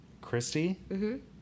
Christy